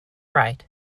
right